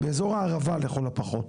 באזור הערבה לכל הפחות,